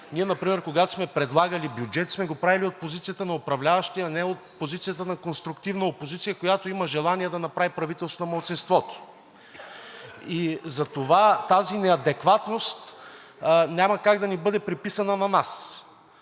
Ние например, когато сме предлагали бюджет, сме го правили от позицията на управляващи, а не от позицията на конструктивна опозиция, която има желание да направи правителство на малцинството. Затова тази неадекватност няма как да ни бъде приписана на нас.